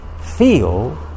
feel